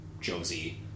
Josie